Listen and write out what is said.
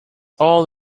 all